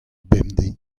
bemdez